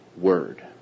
word